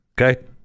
okay